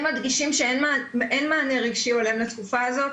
הם מדגישים שאין מענה רגשי הולם לתקופה הזאת,